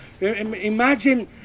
Imagine